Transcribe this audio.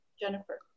Jennifer